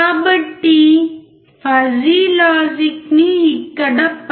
కాబట్టి fuzzy logic నీ ఇక్కడ పరిగణించము